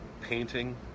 painting